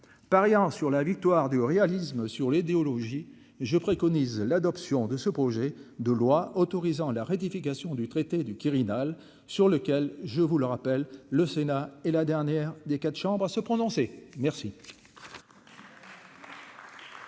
pariant sur la victoire du. Réalisme sur les néologie je préconise l'adoption de ce projet de loi autorisant la ratification du traité du Quirinal sur lequel je vous le rappelle, le Sénat et la dernière des quatre chambres à se prononcer, merci. Merci dans